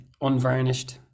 Unvarnished